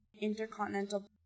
intercontinental